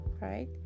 right